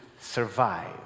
survive